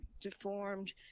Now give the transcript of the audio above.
deformed